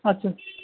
اچھا